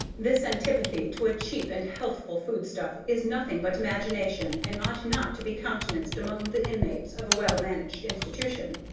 this antipathy to a cheap and healthful foodstuff is nothing but imagination, and ought not to be countenanced among the inmates of a well-managed institution.